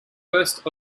burst